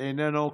איננו,